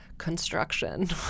construction